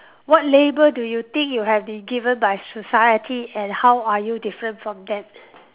what label do you think you have been given by society and how are you different from them